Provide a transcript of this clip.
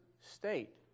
state